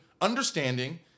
understanding